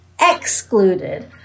excluded